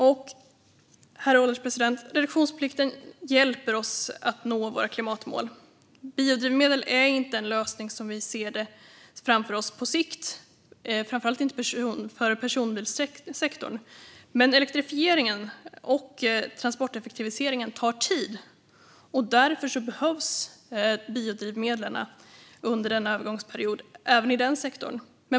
Herr ålderspresident! Reduktionsplikten hjälper oss att nå våra klimatmål. Biodrivmedel är inte en lösning som vi ser framför oss på sikt, framför allt inte för personbilssektorn. Men elektrifieringen och transporteffektiviseringen tar tid, och därför behövs biodrivmedlen under en övergångsperiod även i den sektorn.